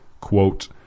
quote